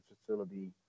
facility